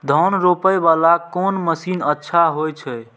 धान रोपे वाला कोन मशीन अच्छा होय छे?